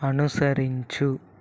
అనుసరించు